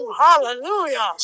Hallelujah